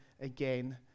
again